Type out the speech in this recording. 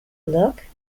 look